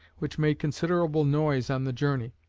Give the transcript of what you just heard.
which made considerable noise on the journey.